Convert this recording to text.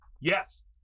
Yes